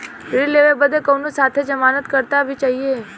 ऋण लेवे बदे कउनो साथे जमानत करता भी चहिए?